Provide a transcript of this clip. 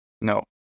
no